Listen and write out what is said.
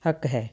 ਹੱਕ ਹੈ